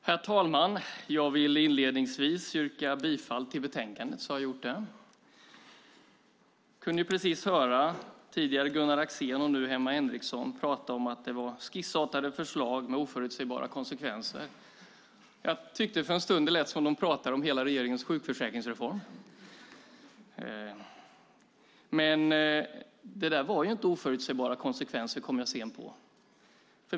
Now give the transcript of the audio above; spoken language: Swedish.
Herr talman! Jag vill inledningsvis yrka bifall till förslaget i betänkandet, så har jag gjort det. Vi kunde tidigare höra Gunnar Axén och nu Emma Henriksson säga att det var skissartade förslag med oförutsägbara konsekvenser. Jag tyckte för en stund att det lät som om de talade om regeringens hela sjukförsäkringsreform. Men där var det ju inte oförutsägbara konsekvenser, kom jag sedan på.